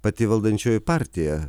pati valdančioji partija